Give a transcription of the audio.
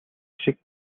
шиг